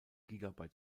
gigabyte